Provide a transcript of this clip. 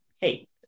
Hey